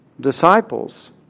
Disciples